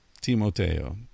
Timoteo